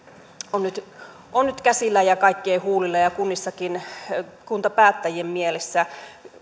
on nyt on nyt käsillä ja kaikkien huulilla ja ja kunnissakin kuntapäättäjien mielessä